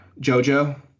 JoJo